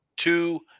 two